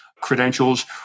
credentials